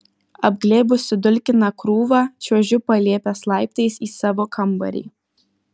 apglėbusi dulkiną krūvą čiuožiu palėpės laiptais į savo kambarį